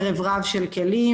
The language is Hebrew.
יש ערב רב של כלים,